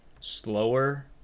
slower